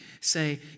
say